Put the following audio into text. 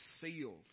sealed